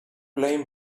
blame